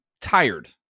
tired